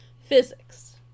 Physics